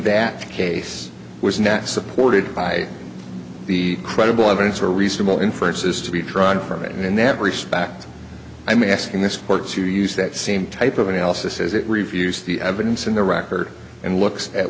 that case was not supported by the credible evidence or reasonable inferences to be drawn from it and that respect i'm asking this court to use that same type of analysis as it reviews the evidence in the record and looks at